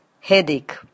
headache